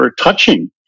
touching